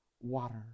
water